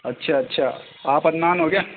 اچھا اچھا آپ عدنان ہو کیا